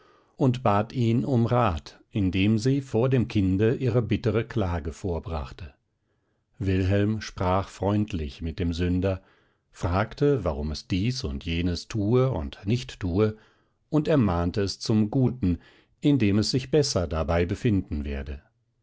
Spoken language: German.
und bat ihn um rat indem sie vor dem kinde ihre bittere klage vorbrachte wilhelm sprach freundlich mit dem sünder fragte warum es dies und jenes tue und nicht tue und ermahnte es zum guten indem es sich besser dabei befinden werde